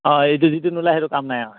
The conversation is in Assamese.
অঁ এইটো যিটো নোলায় সেইটো কাম নাই আৰু